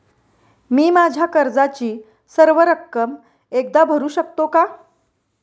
मी माझ्या कर्जाची सर्व रक्कम एकदा भरू शकतो का?